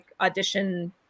audition